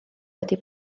wedi